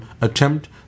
attempt